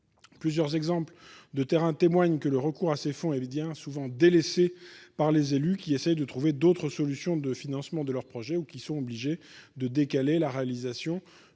Plusieurs exemples de terrain, témoigne que le recours à ces fonds, et bien souvent délaissés par les élus qui essaie de trouver d'autres solutions de financement de leur projet ou qui sont obligés de décaler la réalisation